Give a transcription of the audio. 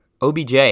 OBJ